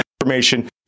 information